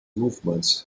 movements